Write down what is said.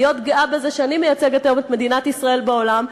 להיות גאה בזה שאני מייצגת היום את מדינת ישראל בעולם.